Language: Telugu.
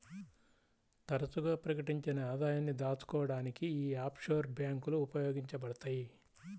తరచుగా ప్రకటించని ఆదాయాన్ని దాచుకోడానికి యీ ఆఫ్షోర్ బ్యేంకులు ఉపయోగించబడతయ్